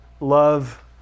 love